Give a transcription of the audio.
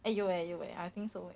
eh 有 eh 有 eh I think so